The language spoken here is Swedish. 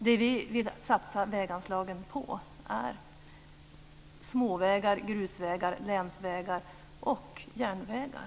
Det vi vill satsa väganslagen på är småvägar, grusvägar, länsvägar och järnvägar.